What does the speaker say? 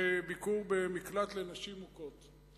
בביקור במקלט לנשים מוכות.